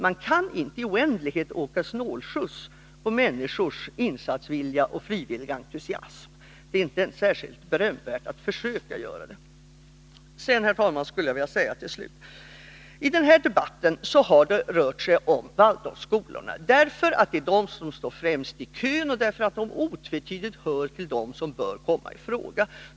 Man kan inte i oändlighet åka snålskjuts på människors entusiasm och vilja till frivilliga insatser. Det är inte särskilt berömvärt att försöka göra det. I den här debatten har det rört sig om Waldorfskolorna, därför att de står främst i kön och otvetydigt hör till dem som bör komma i fråga.